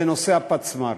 זה נושא הפצמ"רים.